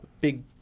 big